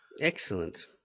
Excellent